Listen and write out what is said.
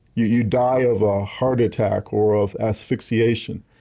you you die of a heart attack or of asphyxiation.